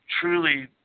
truly